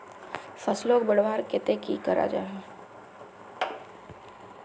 फसलोक बढ़वार केते की करा जाहा?